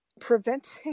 preventing